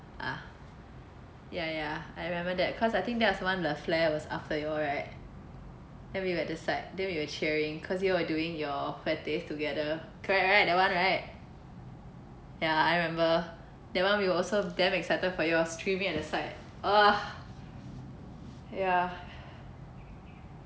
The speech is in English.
ah ya ya I remember that cause I think that's the one the flare was after you all right then we went to side then we were cheering cause you were doing your practice together correct right that one right ya I remember that one we also damn excited for you all screaming at the side ah ya